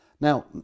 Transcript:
Now